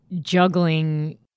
juggling